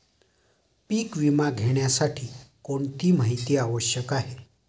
पीक विमा घेण्यासाठी कोणती माहिती आवश्यक आहे?